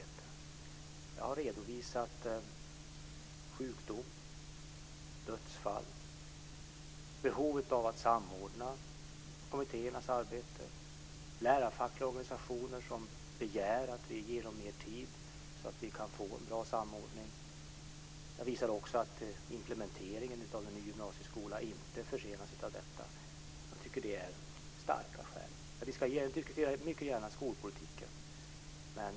Jag har som skäl redovisat sjukdom, dödsfall, behov av att samordna kommittéernas arbete och lärarfackliga organisationer som begär att vi ger dem mer tid så att det kan bli en bra samordning. Jag visar också på att implementeringen av en ny gymnasieskola inte försenas av detta. Jag tycker att det är starka skäl. Jag diskuterar mycket gärna skolpolitiken.